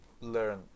learn